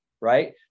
right